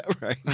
right